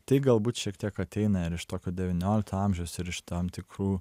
tai galbūt šiek tiek ateina ir iš tokio devyniolikto amžiaus ir iš tam tikrų